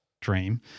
dream